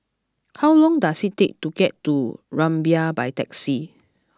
how long does it take to get to Rumbia by taxi